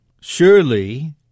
surely